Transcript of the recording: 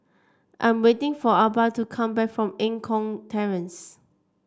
I'm waiting for Arba to come back from Eng Kong Terrace